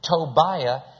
Tobiah